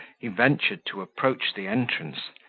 he ventured to approach the entrance,